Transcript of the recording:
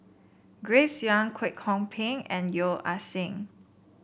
Grace Young Kwek Hong Png and Yeo Ah Seng